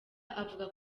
avuga